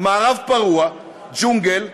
מערב פרוע, ג'ונגל.